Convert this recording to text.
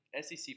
SEC